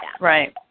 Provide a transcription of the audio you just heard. Right